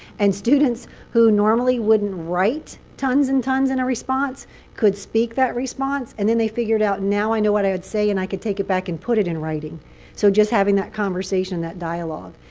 and students who normally wouldn't write tons and tons in a response could speak that response. and then they figured out, now i know what i would say. and i can take it back and put it in writing so just having that conversation, that dialogue.